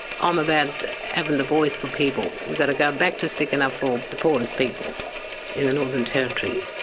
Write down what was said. um about having the voice for people. we gotta go back to sticking up for the poorest people in the northern territory.